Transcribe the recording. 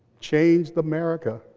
changed america,